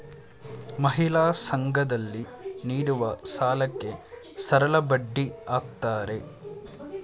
ಮಹಿಳಾ ಸಂಘ ದಲ್ಲಿ ನೀಡುವ ಸಾಲಕ್ಕೆ ಸರಳಬಡ್ಡಿ ಹಾಕ್ತಾರೆ